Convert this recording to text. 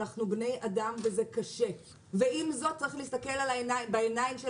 אנחנו בני אדם וזה קשה ועם זאת צריך להסתכל בעיניים של